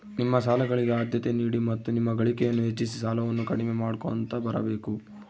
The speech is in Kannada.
ನಿಮ್ಮ ಸಾಲಗಳಿಗೆ ಆದ್ಯತೆ ನೀಡಿ ಮತ್ತು ನಿಮ್ಮ ಗಳಿಕೆಯನ್ನು ಹೆಚ್ಚಿಸಿ ಸಾಲವನ್ನ ಕಡಿಮೆ ಮಾಡ್ಕೊಂತ ಬರಬೇಕು